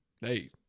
Hey